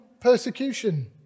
persecution